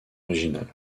originale